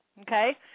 okay